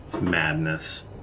Madness